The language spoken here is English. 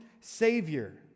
Savior